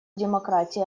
демократии